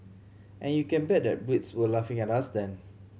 and you can bet that Brits were laughing at us then